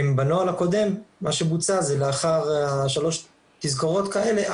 בנוהל הקודם מה שבוצע זה לאחר שלוש תזכורות כאלה,